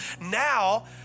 Now